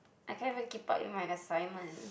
I cannot even keep up with my assignment